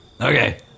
Okay